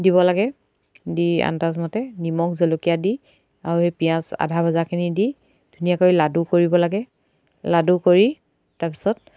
দিব লাগে দি আন্দাজমতে নিমখ জলকীয়া দি আৰু সেই পিঁয়াজ আধাভজাখিনি দি ধুনীয়াকৈ লাডু কৰিব লাগে লাডু কৰি তাৰপিছত